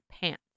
pants